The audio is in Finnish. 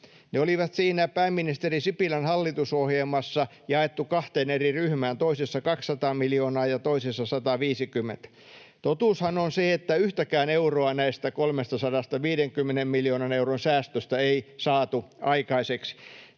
Ne oli siinä pääministeri Sipilän hallitusohjelmassa jaettu kahteen eri ryhmään, toisessa 200 miljoonaa ja toisessa 150. Totuushan on se, että yhtäkään euroa näistä 350 miljoonan euron säästöistä ei saatu aikaiseksi.